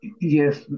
Yes